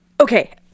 okay